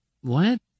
what